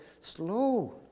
slow